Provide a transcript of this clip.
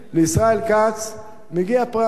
לישראל כץ מגיע פרס.